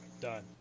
Done